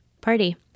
party